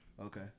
Okay